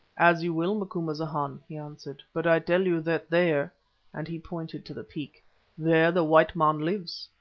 as you will, macumazahn, he answered but i tell you that there and he pointed to the peak there the white man lives.